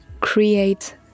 create